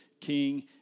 king